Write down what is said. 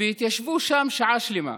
ישבו שם שעה שלמה,